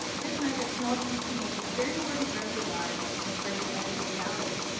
this meant that technology became a very important part of their lives and part of their everyday reality.